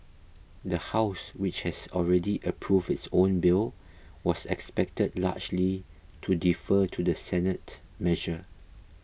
the house which has already approved its own bill was expected largely to defer to the Senate measure